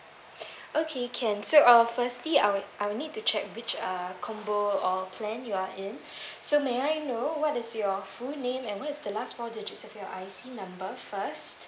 okay can so uh firstly I will I will need to check which uh combo or plan you are in so may I know what is your full name and what is the last four digits of your I_C number first